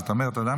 זאת אומרת אדם